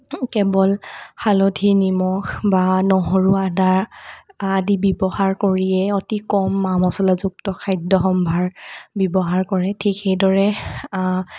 কেৱল হালধি নিমখ বা নহৰু আদা আদি ব্যৱহাৰ কৰিয়েই অতি কম মা মচলাযুক্ত খাদ্য সম্ভাৰ ব্যৱহাৰ কৰে ঠিক সেইদৰে